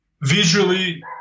visually